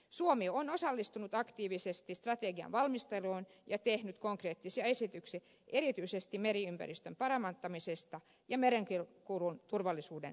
suomi on osallistunut aktiivisesti strategian valmisteluun ja tehnyt konkreettisia esityksiä erityisesti meriympäristön parantamisesta ja merenkulun turvallisuuden tehostamisesta